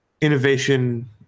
innovation